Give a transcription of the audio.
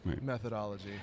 Methodology